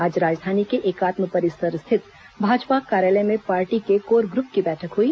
आज राजधानी के एकात्म परिसर स्थित भाजपा कार्यालय में पाटी के कोर ग्रूप की बैठक हुई